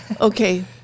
Okay